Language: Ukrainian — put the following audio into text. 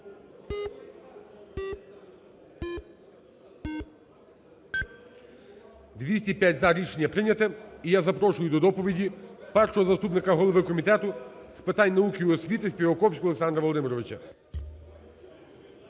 За-205 Рішення прийнято. І я запрошую до доповіді першого заступника голови Комітету з питань науки і освіти Співаковського Олександра Володимировича.